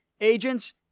agents